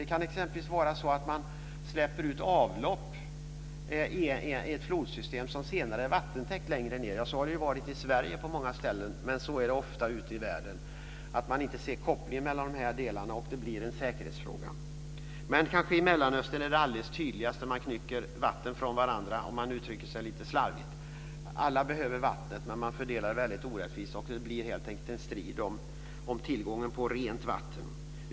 Det kan exempelvis vara så att man släpper ut avlopp i ett flodsystem som senare är vattentäkt längre ned. Så har det varit i Sverige på många ställen, och så är det ofta ute i världen. Man ser inte kopplingen mellan de delarna, och det blir en säkerhetsfråga. Det är kanske alldeles tydligast i Mellanöstern. Man knycker vatten från varandra, om jag uttrycker mig lite slarvigt. Alla behöver vattnet, men man fördelar det väldigt orättvist. Det blir helt enkelt en strid om tillgången på rent vatten.